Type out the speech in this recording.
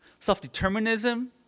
self-determinism